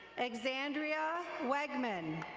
exandria wegman.